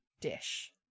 dish